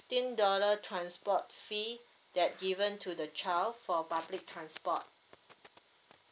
dollar transport fees that given to the child for public transport